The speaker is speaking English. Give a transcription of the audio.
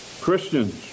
Christians